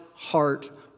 Heart